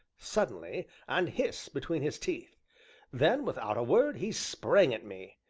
suddenly, and hiss between his teeth then, without a word, he sprang at me.